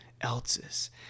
else's